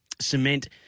cement